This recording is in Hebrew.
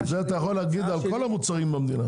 את זה אתה יכול להגיד על כל המוצרים במדינה.